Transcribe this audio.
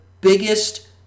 biggest